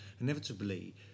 Inevitably